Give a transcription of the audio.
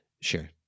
Sure